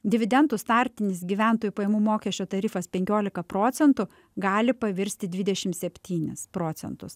dividendų startinis gyventojų pajamų mokesčio tarifas penkiolika procentų gali pavirst į dvidešim septynis procentus